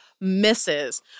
misses